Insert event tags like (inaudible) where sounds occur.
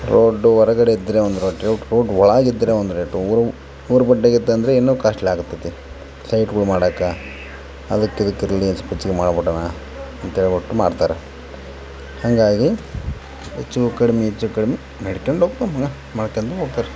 road ಹೊರಗಡೆ ಇದ್ರೆ ಒಂದು (unintelligible) ರೋಡ್ ಒಳಗೆ ಇದ್ರೆ ಒಂದು ರೇಟು ಊರು ಊರು ಬಡ್ಡೆಗಿತ್ತಂದ್ರೆ ಇನ್ನು ಕ್ವಾಸ್ಟ್ಲಿ ಆಗತದೆ ಸೈಟ್ಗಳು ಮಾಡೋಕೆ ಅದ್ಕೆ ಇದ್ಕೆ (unintelligible) ಮಾಡ್ಬಿಡೋಣ ಅಂತೇಳ್ಬಿಟ್ಟು ಮಾಡ್ತಾರೆ ಹಂಗಾಗಿ ಹೆಚ್ಚು ಕಡ್ಮೆ ಹೆಚ್ಚು ಕಡ್ಮೆ ನಡ್ಕೊಂಡ್ ಹೋಗ್ತಾವ್ ಅದು ಮಾಡ್ಕೊಂಡ್ ಹೋಗ್ತಾರ್